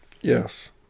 Yes